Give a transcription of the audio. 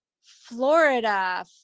Florida